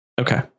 Okay